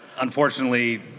unfortunately